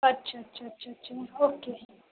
अच्छा अच्छा अच्छा अच्छा ओके